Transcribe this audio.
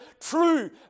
true